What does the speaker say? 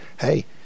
Hey